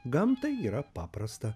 gamtai yra paprasta